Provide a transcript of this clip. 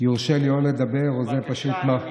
יורשה לי או לדבר, בבקשה, אני מתנצל.